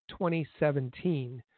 2017